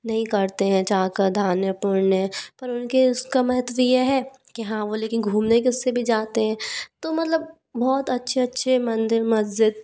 नहीं करते हैं जा कर दान पुण्य पर उनके उसका महत्व ये है कि हाँ वो लेकिन घूमने के उस से भी जाते हैं तो मतलब बहुत अच्छे अच्छे मंदिर मस्जिद